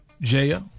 Jaya